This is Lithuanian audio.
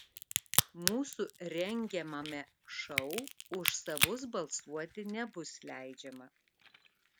mūsų rengiamame šou už savus balsuoti nebus leidžiama